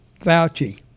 Fauci